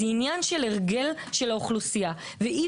זה עניין של הרגל של האוכלוסייה ואי